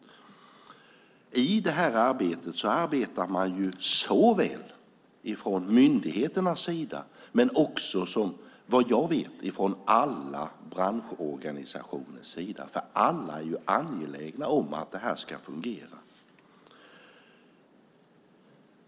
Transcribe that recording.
Med det här arbetar man ju såväl från myndigheternas sida som, såvitt jag vet, från alla branschorganisationers sida. Alla är ju angelägna om att det här ska fungera.